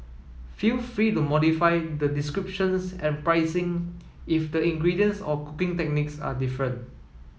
feel free to modify the descriptions and pricing if the ingredients or cooking techniques are different